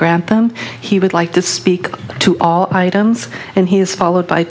grantham he would like to speak to all items and he is followed by